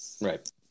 right